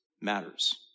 matters